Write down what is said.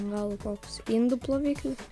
gal koks indų ploviklis